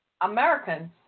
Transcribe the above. Americans